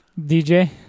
DJ